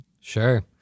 Sure